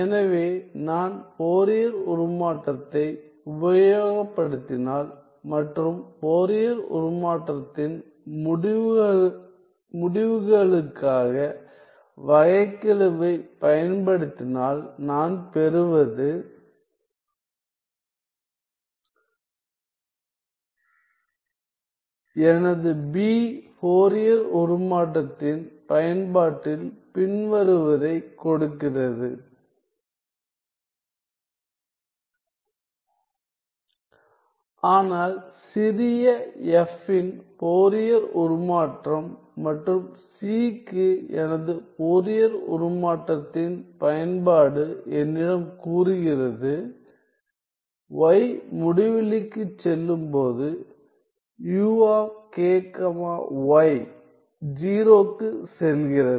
எனவே நான் ஃபோரியர் உருமாற்றத்தை உபயோகப்படுத்தினால் மற்றும் ஃபோரியர் உருமாற்றத்தின் முடிவுகளுக்காக வகைக்கெழுவைப் பயன்படுத்தினால் நான் பெறுவது எனது B ஃபோரியர் உருமாற்றத்தின் பயன்பாட்டில் பின்வருவதை கொடுக்கிறது ஆனால் சிறிய f இன் ஃபோரியர் உருமாற்றம் மற்றும் Cக்கு எனது ஃபோரியர் உருமாற்றத்தின் பயன்பாடு என்னிடம் கூறுகிறது y முடிவிலிக்குச் செல்லும்போது uk y 0 க்கு செல்கிறது